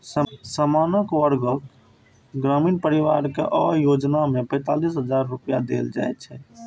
सामान्य वर्गक ग्रामीण परिवार कें अय योजना मे पैंतालिस हजार रुपैया देल जाइ छै